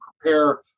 prepare